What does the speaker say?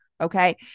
Okay